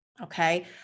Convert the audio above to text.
Okay